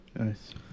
nice